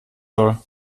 soll